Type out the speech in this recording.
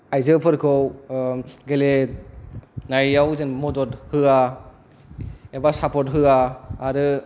आइजोफोरखौ गेलेनायाव जों मदद होया एबा सापत होया आरो